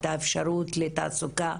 את האפשרות לתעסוקה,